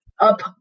up